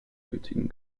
benötigen